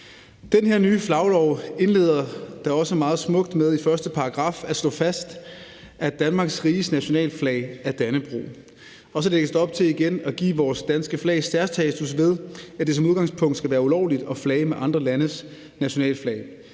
Den her nye flaglov indledes da også ganske smukt ved i § 1 at slå fast, at »Danmarks Riges nationalflag er Dannebrog«. Og så lægges der op til igen at give vores nationalflag særstatus, ved at det som udgangspunkt skal være ulovligt at flage med andre landes nationalflag.